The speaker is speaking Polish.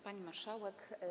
Pani Marszałek!